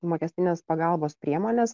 mokestinės pagalbos priemonės